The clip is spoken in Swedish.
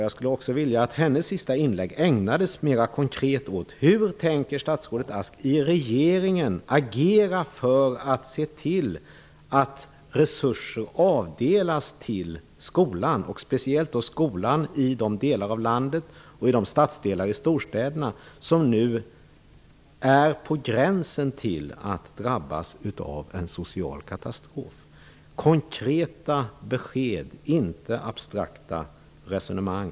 Jag skulle också vilja att hennes sista inlägg ägnades mer konkret åt hur statsrådet Ask tänker agera i regeringen för att se till att resurser avdelas till skolan. Det gäller speciellt till de skolor i olika delar av landet och i storstäderna som nu är på gränsen till att drabbas av en social katastrof. Jag vill ha konkreta besked, inte abstrakta resonemang.